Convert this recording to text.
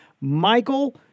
Michael